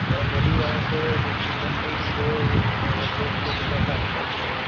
sir नदी यहाँ से समथिंग समथिंग दो हाँ दो किलोमीटर का आसपास पड़े